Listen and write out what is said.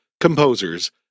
composers